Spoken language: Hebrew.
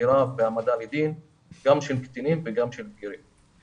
חקירה והעמדה לדין גם של קטינים וגם של בגירים.